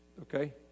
Okay